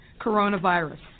coronavirus